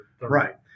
Right